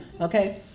okay